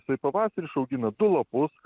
jisai pavasarį išaugina du lapus